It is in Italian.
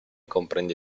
comprende